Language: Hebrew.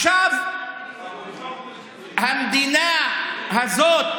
עכשיו המדינה הזאת,